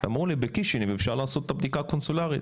אמרו לי בקישינב אפשר לעשות את הבדיקה הקונסולארית.